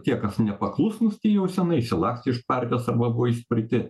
tie kas nepaklusnūs tie jau senai išsilakstė iš partijos arba buvo išspirti